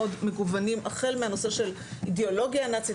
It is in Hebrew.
מגוונים החל מהנושא של אידיאולוגיה הנאצית,